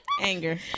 anger